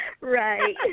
right